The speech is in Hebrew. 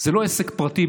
זה לא עסק פרטי,